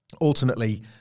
ultimately